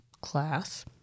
class